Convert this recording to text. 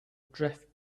drift